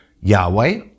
Yahweh